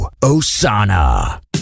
Osana